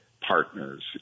partners